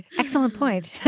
excellent point